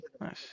Nice